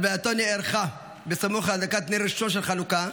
הלווייתו נערכה בסמוך להדלקת נר ראשון של חנוכה,